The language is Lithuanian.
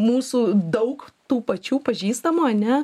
mūsų daug tų pačių pažįstamų ane